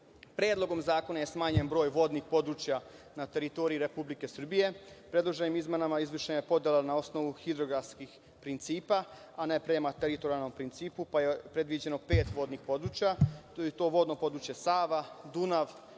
Predlogom zakona je smanjen vodnih područja na teritoriji Republike Srbije. Predloženim izmenama izvršena je podela na osnovu hidrogasnih principa, a ne prema teritorijalnom principu, pa je predviđeno pet vodnih područja, i to – vodno područje Sava, Dunav,